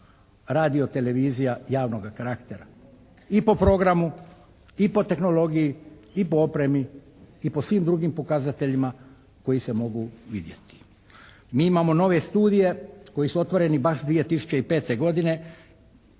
radio-televizija javnoga karaktera i po programu, i po tehnologiji i po opremi, i po svim drugim pokazateljima koji se mogu vidjeti. Mi imamo nove studije koji su otvoreni baš 2005. godine